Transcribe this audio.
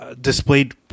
Displayed